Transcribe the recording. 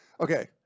okay